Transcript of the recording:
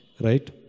Right